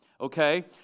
Okay